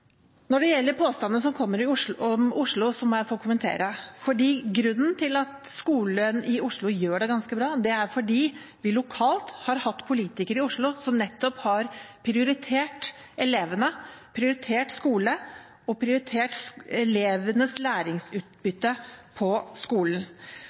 Når det gjelder påstandene som kom om Oslo, må jeg få kommentere det. Grunnen til at skolen i Oslo gjør det ganske bra, er at vi lokalt har hatt politikere i Oslo som nettopp har prioritert elevene, prioritert skole og prioritert elevenes